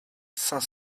cinq